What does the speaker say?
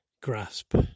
grasp